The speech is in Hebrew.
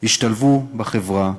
השתלבו בחברה,